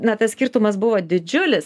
na tas skirtumas buvo didžiulis